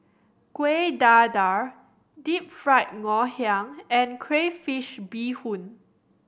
Kueh Dadar Deep Fried Ngoh Hiang and crayfish beehoon